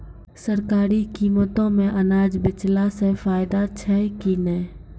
सरकारी कीमतों मे अनाज बेचला से फायदा छै कि नैय?